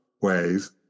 ways